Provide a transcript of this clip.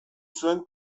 zuen